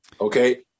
Okay